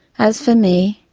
as for me,